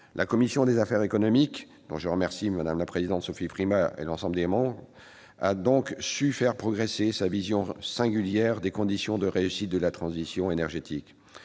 La commission des affaires économiques, dont je remercie la présidente, Sophie Primas, et tous les autres membres, a donc su faire progresser sa vision singulière des conditions de réussite de la transition énergétique.